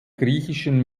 griechischen